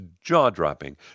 jaw-dropping